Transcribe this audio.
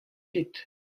ket